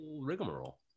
rigmarole